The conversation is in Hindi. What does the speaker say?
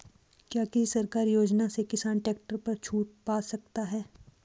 क्या किसी सरकारी योजना से किसान ट्रैक्टर पर छूट पा सकता है?